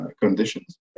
conditions